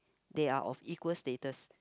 they are of equal status